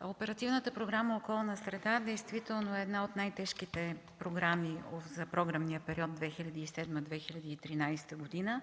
Оперативната програма „Околна среда” действително е една от най-тежките програми от програмния период 2007-2013 г.